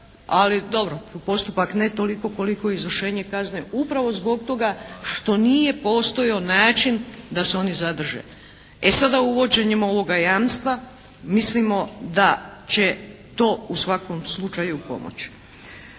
Ali, dobro postupak ne toliko koliko izvršenje kazne upravo zbog toga što nije postojao način da se oni zadrže. E sada uvođenjem ovoga jamstva mislimo da će to u svakom slučaju pomoći.